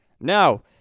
Now